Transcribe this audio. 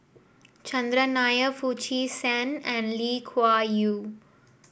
Chandran Nair Foo Chee San and Lee Kuan Yew